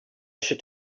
should